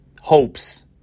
hopes